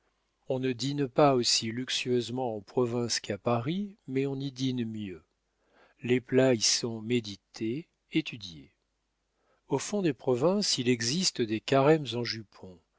on ne dîne pas aussi luxueusement en province qu'à paris mais on y dîne mieux les plats y sont médités étudiés au fond des provinces il existe des carêmes en jupon